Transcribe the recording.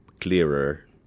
clearer